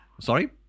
Sorry